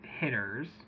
hitters